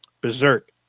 Berserk